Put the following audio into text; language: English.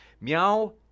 Meow